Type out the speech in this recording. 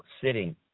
sitting